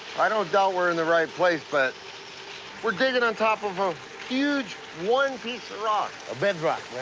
i don't doubt we're in the right place, but we're digging on top of a huge one piece ah rock. ah bedrock,